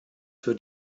für